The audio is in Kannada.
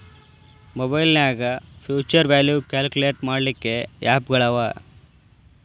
ಮಒಬೈಲ್ನ್ಯಾಗ್ ಫ್ಯುಛರ್ ವ್ಯಾಲ್ಯು ಕ್ಯಾಲ್ಕುಲೇಟ್ ಮಾಡ್ಲಿಕ್ಕೆ ಆಪ್ ಗಳವ